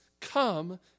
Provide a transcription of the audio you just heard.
come